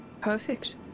Perfect